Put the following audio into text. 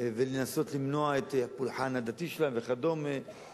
ולנסות למנוע את הפולחן הדתי שלה וכדומה,